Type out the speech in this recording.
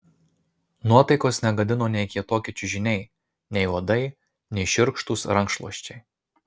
nuotaikos negadino nei kietoki čiužiniai nei uodai nei šiurkštūs rankšluosčiai